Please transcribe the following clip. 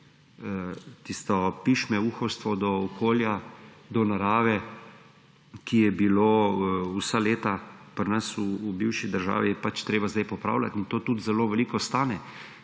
Tisto pišmeuhovstvo do okolja, do narave, ki je bilo vsa leta pri nas v bivši državi, je pač treba zdaj popravljati in to tudi zelo veliko stane,